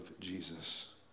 Jesus